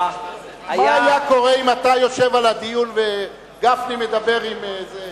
מה היה קורה אם אתה היית על הדוכן וגפני מדבר עם זה,